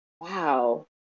wow